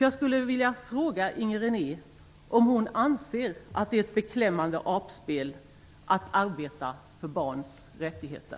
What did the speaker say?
Jag skulle vilja fråga Inger René om hon anser att det är ett beklämmande apspel att arbeta för barns rättigheter.